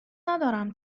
ندارم